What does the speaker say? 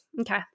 okay